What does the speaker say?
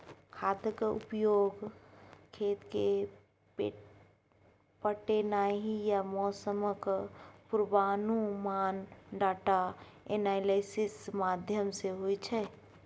खादक उपयोग, खेत पटेनाइ आ मौसमक पूर्वानुमान डाटा एनालिसिस माध्यमसँ होइ छै